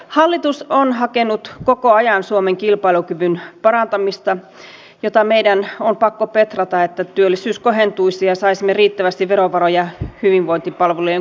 hallitus on hakenut koko ajan suomen kilpailukyvyn parantamista jota meidän on pakko petrata että työllisyys kohentuisi ja saisimme riittävästi verovaroja hyvinvointipalvelujen kustantamiseksi